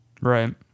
Right